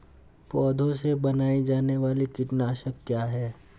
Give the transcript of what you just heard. पौधों से बनाई जाने वाली कीटनाशक क्या है?